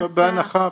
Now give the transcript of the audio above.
בהנחה,